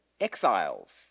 exiles